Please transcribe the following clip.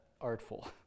artful